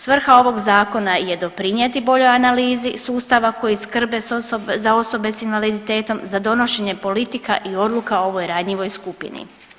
Svrha ovog zakona je doprinijeti boljoj analizi sustava koji skrbe za osobe s invaliditetom za donošenje politika i odluka o ovoj ranjivoj skupini.